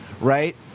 right